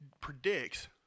predicts